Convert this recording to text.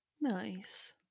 Nice